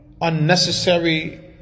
unnecessary